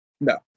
No